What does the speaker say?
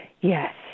Yes